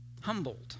Humboldt